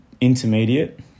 intermediate